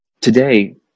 Today